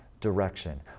direction